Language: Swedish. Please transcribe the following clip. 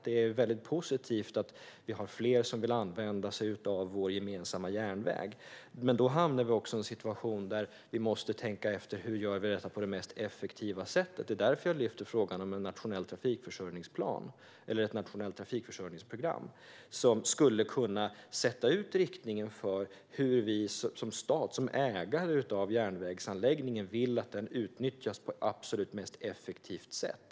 Det är positivt att fler vill använda sig av vår gemensamma järnväg. Men det innebär också att vi måste tänka ut på vilket sätt vi kan göra det mest effektivt. Det är därför jag lyfter upp frågan om ett nationellt trafikförsörjningsprogram. Det skulle kunna sätta ut riktningen för hur vi som stat, som ägare till järnvägsanläggningen, vill att den utnyttjas på det absolut mest effektiva sättet.